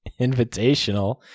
Invitational